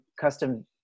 custom